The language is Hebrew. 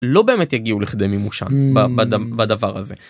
לא באמת יגיעו לכדי מימושן בדבר הזה.